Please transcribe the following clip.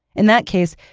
in that case,